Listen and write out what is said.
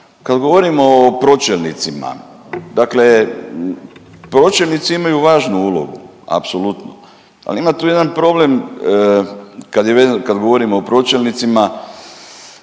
Kad govorimo o pročelnicima, dakle pročelnici imaju važnu ulogu apsolutno, ali ima tu jedan problem kad govorimo o pročelnicima,